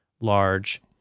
large